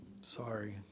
Sorry